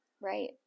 Right